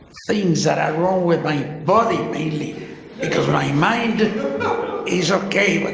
things that are wrong with my body mainly because my mind is okay but